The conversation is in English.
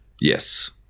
Yes